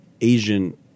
Asian